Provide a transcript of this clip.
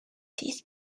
these